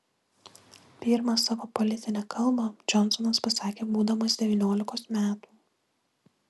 pirmą savo politinę kalbą džonsonas pasakė būdamas devyniolikos metų